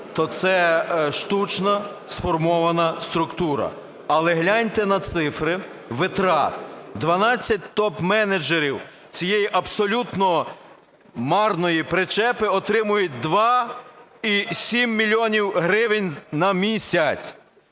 то це штучно сформована структура, але гляньте на цифри витрат. 12 топ-менеджерів цієї абсолютно марної "причепи" отримують 2,7 мільйонів гривень на місяць.